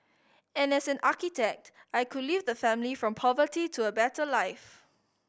and as an architect I could leave the family from poverty to a better life